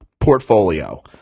portfolio